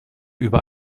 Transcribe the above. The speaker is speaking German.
über